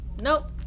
Nope